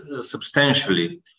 substantially